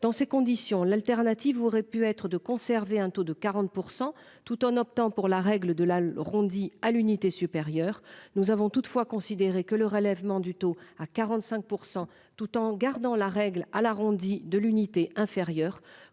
dans ces conditions l'alternative aurait pu être de conserver un taux de 40% tout en optant pour la règle de la ronde à l'unité supérieure. Nous avons toutefois considérer que le relèvement du taux à 45%, tout en gardant la règle à l'arrondi de l'unité inférieure